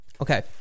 Okay